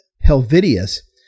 Helvidius